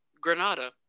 Granada